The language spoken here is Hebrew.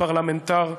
לפרלמנטר כזה.